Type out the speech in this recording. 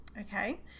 Okay